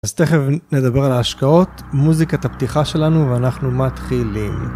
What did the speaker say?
אז תכף נדבר על ההשקעות, מוזיקה הפתיחה שלנו ואנחנו מתחילים.